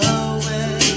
away